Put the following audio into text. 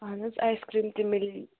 اَہَن حظ ice cream تہِ میلہِ